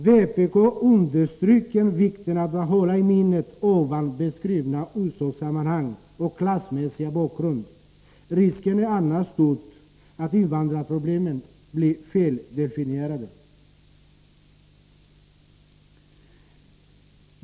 Vpk understryker vikten av att hålla i minnet dessa orsakssammanhang och denna klassmässiga bakgrund. Risken är annars stor att invandrarproblemen blir feldefinierade.